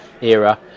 era